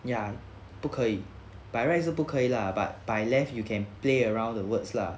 ya 不可以 by right 是不可以 lah but by left you can play around the words lah